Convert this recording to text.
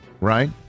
right